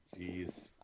Jeez